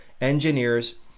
engineers